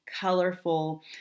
colorful